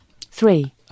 Three